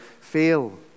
fail